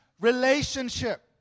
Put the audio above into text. relationship